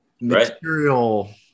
material